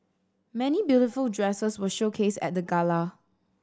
many beautiful dresses were showcased at the gala